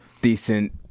decent